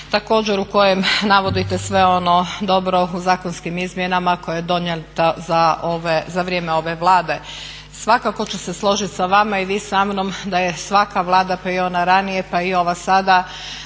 također u kojem navodite sve ono dobro u zakonskim izmjenama koje je donijeto za ove, za vrijeme ove Vlade. Svakako ću se složiti sa vama i vi samnom da je svaka Vlada pa i ona ranije pa i ova sada